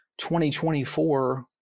2024